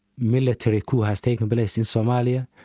military coup has taken place in somalia,